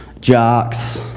jocks